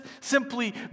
simply